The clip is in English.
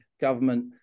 government